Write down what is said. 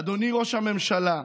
"אדוני ראש הממשלה,